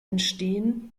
entstehen